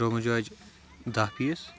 روگَن جوش دہ پیٖس